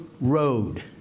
Road